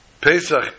Pesach